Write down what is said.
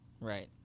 right